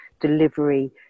delivery